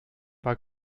war